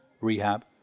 rehab